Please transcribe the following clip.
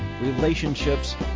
relationships